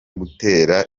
gutera